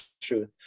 truth